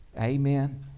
Amen